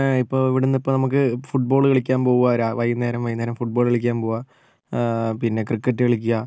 എവിടുന്ന് ഇപ്പോൾ നമുക്ക് ഫുട്ബോൾ കളിക്കാൻ പോകുക രാ വൈകുന്നേരം വൈകുന്നേരം ഫുട്ബോൾ കളിക്കാൻ പോകുക പിന്നെ ക്രിക്കറ്റ് കളിക്കുക